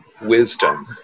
wisdom